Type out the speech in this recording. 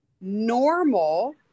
normal